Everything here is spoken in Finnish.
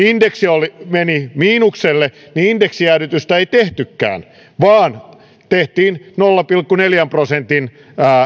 indeksi meni miinukselle niin indeksijäädytystä ei tehtykään vaan tehtiin nolla pilkku neljän prosentin